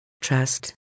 trust